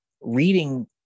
reading